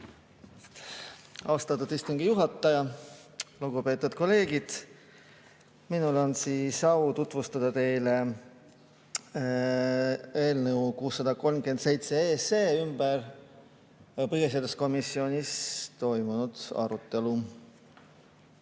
Austatud istungi juhataja! Lugupeetud kolleegid! Mul on au tutvustada teile eelnõu 637 ümber põhiseaduskomisjonis toimunud arutelu.